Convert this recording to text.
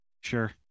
Sure